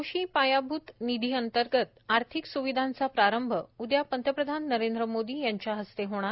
कृषी पायाभूत निधि अंतर्गत आर्थिक स्विधांचा प्रारंभ उद्या पंतप्रधान नरेंद्र मोदी यांच्या हस्ते होणार